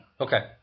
Okay